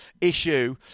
issue